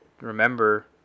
remember